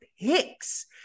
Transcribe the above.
picks